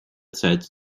zeit